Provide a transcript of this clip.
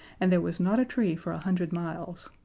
and there was not a tree for a hundred miles.